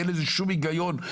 אין לזה שום היגיון.